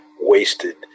wasted